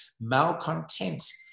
malcontents